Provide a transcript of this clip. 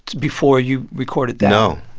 before you recorded that no.